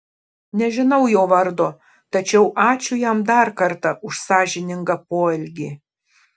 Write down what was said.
nežinau jo vardo tačiau ačiū jam dar kartą už sąžiningą poelgį